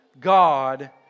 God